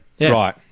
Right